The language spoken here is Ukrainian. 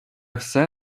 все